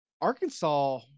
Arkansas